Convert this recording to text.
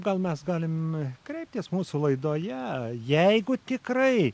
gal mes galim kreiptis mūsų laidoje jeigu tikrai